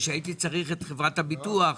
שכאשר הייתי צריך את חברת הביטוח,